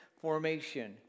formation